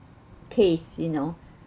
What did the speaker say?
place you know